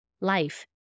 life